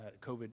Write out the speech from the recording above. COVID